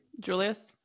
Julius